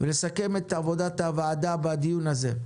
ונסכם את עבודת הוועדה בדיון הזה: